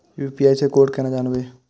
UPI से code केना जानवै?